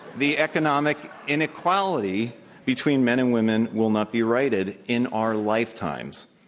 the economic inequality between men and women will not be righted in our lifetimes.